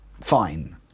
fine